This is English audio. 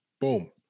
Boom